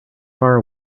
far